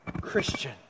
Christian